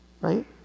right